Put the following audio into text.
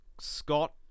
Scott